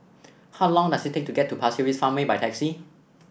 how long does it take to get to Pasir Ris Farmway by taxi